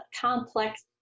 complex